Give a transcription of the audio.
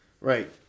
Right